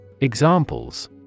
Examples